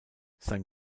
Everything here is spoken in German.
sein